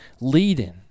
leading